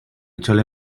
chole